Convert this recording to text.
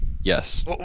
Yes